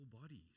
bodies